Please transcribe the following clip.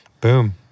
boom